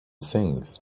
sings